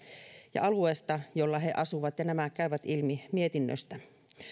ja alueesta jolla he asuvat ja nämä käyvät ilmi mietinnöstä